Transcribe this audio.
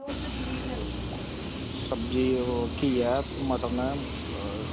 सब्जी कियां ऐ मटर ना